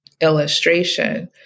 Illustration